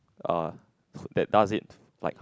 uh that does it like